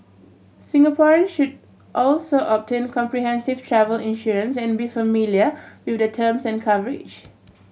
Singaporean should also obtain comprehensive travel insurance and be familiar with the terms and coverage